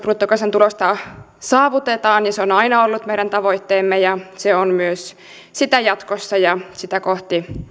bruttokansantulosta saavutetaan se on aina ollut meidän tavoitteemme ja se on sitä myös jatkossa ja sitä kohti